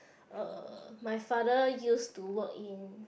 uh my father used to work in